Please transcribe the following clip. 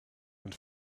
and